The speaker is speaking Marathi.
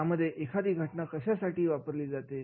यामध्ये एखादी घटना कशासाठी जाते